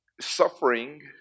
suffering